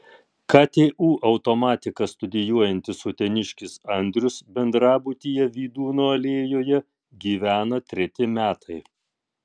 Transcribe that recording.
ktu automatiką studijuojantis uteniškis andrius bendrabutyje vydūno alėjoje gyvena treti metai